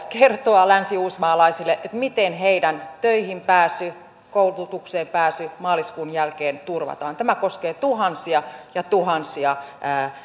kertoa länsiuusmaalaisille miten heidän töihin pääsynsä koulutukseen pääsynsä maaliskuun jälkeen turvataan tämä koskee tuhansia ja tuhansia